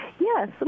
yes